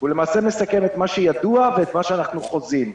הוא למעשה מסכם את מה שידוע ואת מה שאנחנו חוזים.